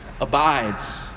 abides